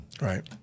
Right